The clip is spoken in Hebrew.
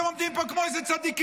מה אתם עומדים פה כמו איזה צדיקים?